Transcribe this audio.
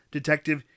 Detective